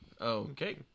okay